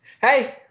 hey